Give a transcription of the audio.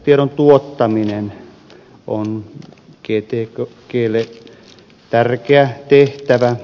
pohjatiedon tuottaminen on gtklle tärkeä tehtävä